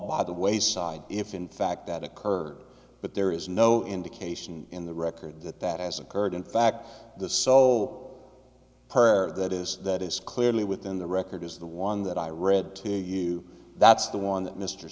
by the wayside if in fact that occurred but there is no indication in the record that that has occurred in fact the so per that is that is clearly within the record is the one that i read to you that's the one that mr